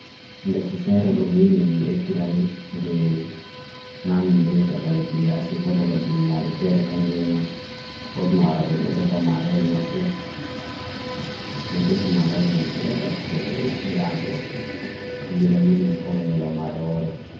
Defu fere lo midi mii ekitani jye namin jye taga le diya si kodaga dunia alu fere kanjoani odd no arabendo defa marori ma peh. Defu marori ma se badakosele ila ado kanjo ra midi mifo lanyalo ma re ore.